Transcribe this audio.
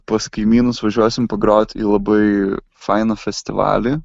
pas kaimynus važiuosim pagrot į labai fainą festivalį